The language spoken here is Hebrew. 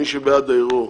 מי שבעד הערעור,